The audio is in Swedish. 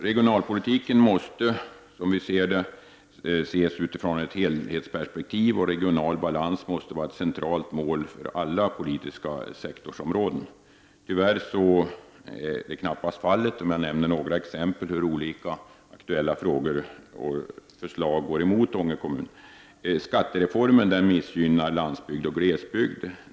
Regionalpolitiken måste, som vi ser det, ses utifrån ett helhetsperspektiv, och regional balans måste vara ett centralt mål för alla politiska sektorsområden. Tyvärr är detta knappast fallet. Jag skall ge några exempel på hur olika aktuella frågor och förslag går emot Ånge kommun. Skattereformen miss gynnar landsbygd och glesbygd.